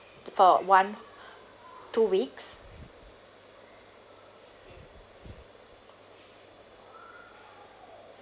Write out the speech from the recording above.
for one two weeks